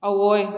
ꯑꯋꯣꯏ